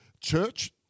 church